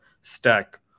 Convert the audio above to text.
stack